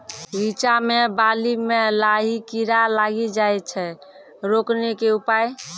रिचा मे बाली मैं लाही कीड़ा लागी जाए छै रोकने के उपाय?